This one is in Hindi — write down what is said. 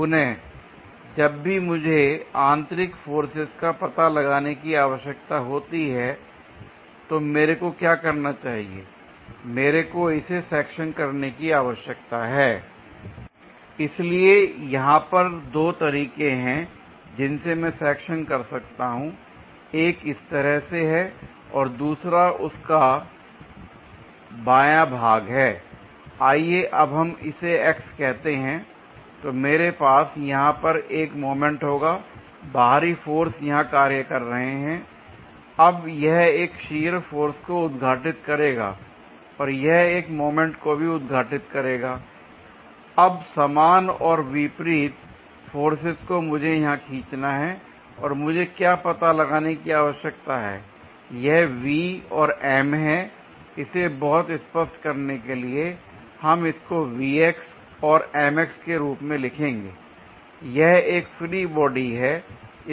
पुनः जब भी मुझे आंतरिक फोर्सेज का पता लगाने की आवश्यकता होती है तो मेरे को क्या करना चाहिए मेरे को इसे सेक्शन करने की आवश्यकता है l इसलिए यहां पर दो तरीके हैं जिनसे मैं सेक्शन कर सकता हूं एक इस तरह से है दूसरा उसका बायाँ भाग है आइए अब हम इसे X कहते हैं तो मेरे पास यहां पर एक मोमेंट होगा बाहरी फोर्स यहां कार्य कर रहे हैं l अब यह एक शियर फोर्स को उद्घाटित करेगा और यह एक मोमेंट को भी उद्घाटित करेगा l अब समान और विपरीत फोर्सेज को मुझे यहां खींचना है और मुझे क्या पता लगाने की आवश्यकता है यह V और M हैं l इसे बहुत स्पष्ट करने के लिए हम इसको और के रूप में लिखेंगे l क्या यह एक फ्री बॉडी है